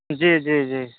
جی جی جی